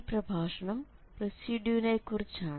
ഈ പ്രഭാഷണം റെസിഡ്യൂ നെക്കുറിച്ചാണ്